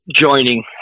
joining